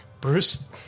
Bruce